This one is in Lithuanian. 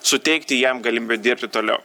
suteikti jam galimybę dirbti toliau